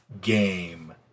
game